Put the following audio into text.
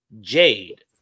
jade